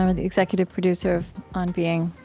ah the executive producer of on being,